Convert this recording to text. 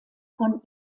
von